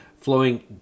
flowing